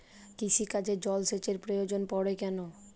কৃষিকাজে জলসেচের প্রয়োজন পড়ে কেন?